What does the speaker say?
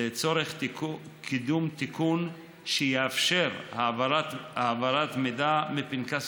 לצורך קידום תיקון שיאפשר העברת מידע מפנקס